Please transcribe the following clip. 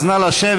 אז נא לשבת.